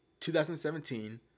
2017